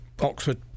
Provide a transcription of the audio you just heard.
oxford